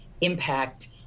impact